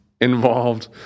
involved